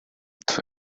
too